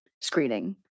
screening